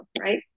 Right